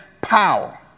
power